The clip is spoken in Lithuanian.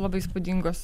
labai įspūdingos